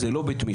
זה לא בתמיכה,